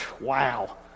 Wow